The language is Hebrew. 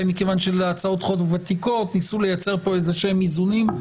מכיוון שניסו לייצר פה איזונים עם הצעות החוק הוותיקות.